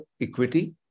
equity